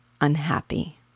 unhappy